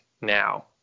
now